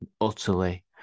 utterly